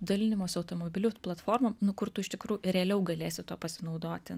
dalinimosi automobiliu platformom nu kur tu iš tikrųjų realiau galėsi tuo pasinaudoti